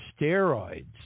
steroids